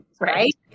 Right